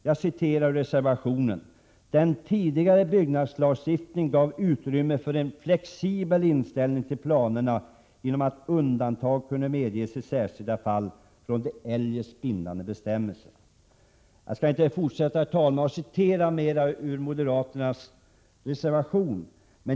Jag citerar ur reservationen: ”Den tidigare byggnadslagstiftningen gav utrymme för en flexibel inställning till planerna genom att undantag kunde medges i särskilda fall från de eljest bindande bestämmelserna.” Jag skall inte citera ytterligare ur moderaternas reservation, herr talman.